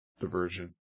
diversion